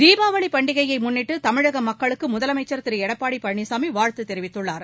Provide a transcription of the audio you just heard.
தீபாவளி பண்டிகையை முன்னிட்டு தமிழக மக்களுக்கு முதலமைச்சர் திரு எடப்பாடி பழனிசாமி வாழ்த்து தெரிவித்துள்ளார்